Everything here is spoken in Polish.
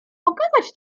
okazać